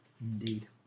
Indeed